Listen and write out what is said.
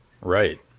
Right